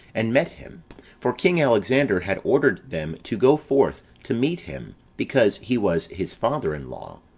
and met him for king alexander had ordered them to go forth to meet him, because he was his father in law.